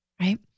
right